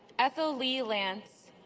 ethyl lee lance,